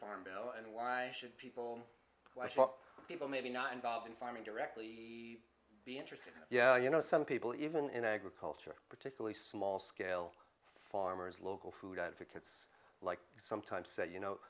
farm bill and why should people i shop people maybe not involved in farming directly be interested yeah you know some people even in agriculture particularly small scale farmers local food advocates like sometimes say you know